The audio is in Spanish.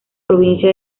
provincia